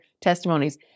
testimonies